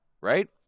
right